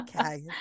okay